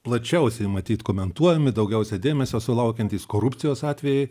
plačiausiai matyt komentuojami daugiausia dėmesio sulaukiantys korupcijos atvejai